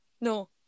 no